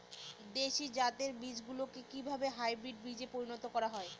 দেশি জাতের বীজগুলিকে কিভাবে হাইব্রিড বীজে পরিণত করা হয়?